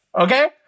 okay